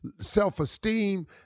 Self-esteem